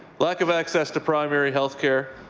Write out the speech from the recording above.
lack of access to primary health care,